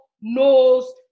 knows